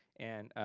and